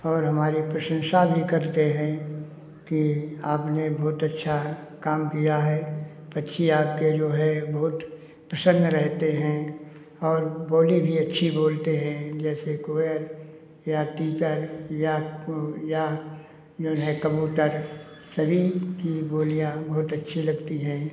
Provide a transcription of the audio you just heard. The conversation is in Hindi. और हमारी प्रशंसा भी करते हैं कि आपने बहुत अच्छा काम किया है पक्षी आपके जो है बहुत प्रसन्न रहते हैं और बोली भी अच्छी बोलते हैं जैसे कोयल या तीतर या ओ या जऊन है कबूतर सभी की बोलियाँ बहुत अच्छी लगती हैं